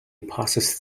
passes